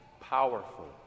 powerful